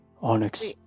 Onyx